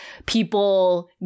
People